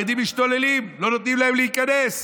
החרדים משתוללים, לא נותנים להם להיכנס.